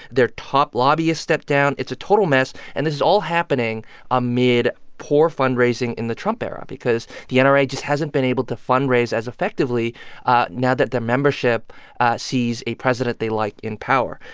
their top lobbyist stepped down. it's a total mess. and this is all happening amid poor fundraising in the trump era because the and nra just hasn't been able to fundraise as effectively now that the membership sees a president they like in power.